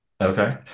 Okay